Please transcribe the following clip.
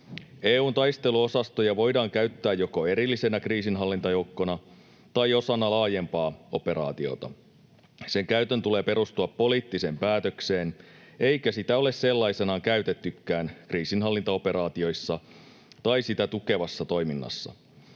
EU:n taisteluosastoja voidaan käyttää joko erillisenä kriisinhallintajoukkona tai osana laajempaa operaatiota. Niiden käytön tulee perustua poliittiseen päätökseen, eikä niitä ole sellaisenaan käytettykään kriisinhallintaoperaatioissa tai niitä tukevassa toiminnassa.